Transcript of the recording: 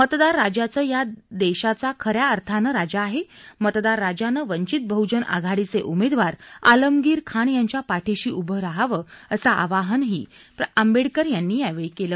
मतदारराजाचं या देशाचा खर्या अर्थानं राजा आहे मतदारराजानं वंचित बहुजन आघाडीचे उमेदवार आलमगीर खान यांच्या पाठीशी उभं राहावं असं आवाहन प्रकाश आंबेडकर यांनी यावेळी केलं